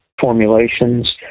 formulations